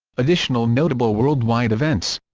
additional notable world-wide events